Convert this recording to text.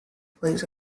plays